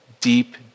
deep